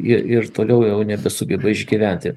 ir toliau jau nebesugeba išgyventi